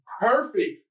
perfect